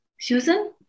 Susan